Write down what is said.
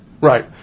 Right